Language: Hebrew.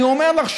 אני אומר לך,